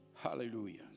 Hallelujah